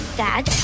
dad